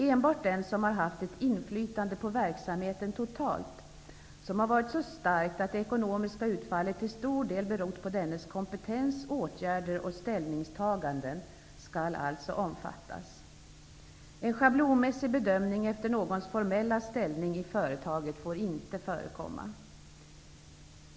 Enbart den som har haft ett inflytande på verksamheten totalt som har varit så starkt att det ekonomiska utfallet till stor del berott på dennes kompetens, åtgärder och ställningstaganden skall alltså omfattas. En schablonmässig bedömning efter någons formella ställning i företaget får inte förekomma.